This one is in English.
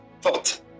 thought